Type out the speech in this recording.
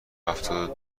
هفتاد